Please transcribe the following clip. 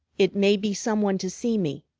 it may be some one to see me.